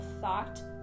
thought